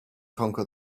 conquer